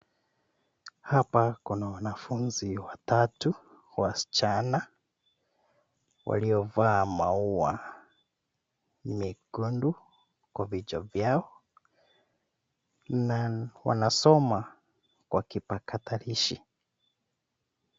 Hapa kuna wanafunzi watatu wasichana waliovaa maua mekundu kwa vichwa vyao na wanasoma kwa kipakatalishi.